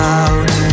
out